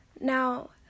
Now